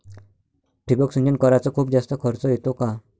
ठिबक सिंचन कराच खूप जास्त खर्च येतो का?